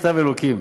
מכתב אלוקים.